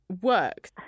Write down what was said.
work